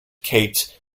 kate